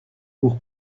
pour